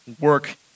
work